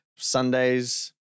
Sundays